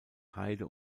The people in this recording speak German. heide